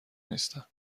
نیستم